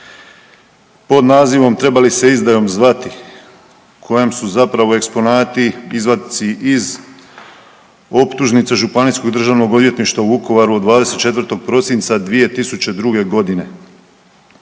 pod nazivom „Treba li se izdajom zvati“ kojom su zapravo eksponati izvadci iz optužnice Županijskog državnog odvjetništva u Vukovaru od 24. prosinca 2002.g.